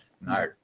No